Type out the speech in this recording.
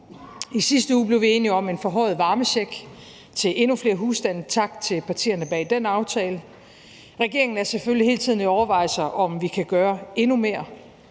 I sidste uge blev vi enige om en forhøjet varmecheck til endnu flere husstande. Tak til partierne bag den aftale. Regeringen har selvfølgelig hele tiden overvejelser om, om vi kan gøre endnu mere.